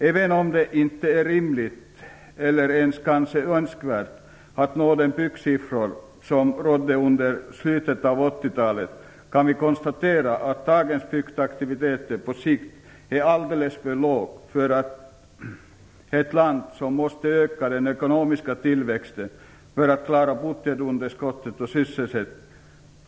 Även om det inte är rimligt eller ens kanske önskvärt att nå de byggsiffror som gällde under slutet av 80-talet, kan vi konstatera att dagens byggaktivitet på sikt är alldeles för låg för ett land som måste öka den ekonomiska tillväxten för att klara budgetunderskottet och sysselsättningen.